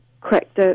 correct